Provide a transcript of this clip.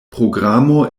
programo